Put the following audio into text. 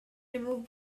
remove